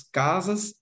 casas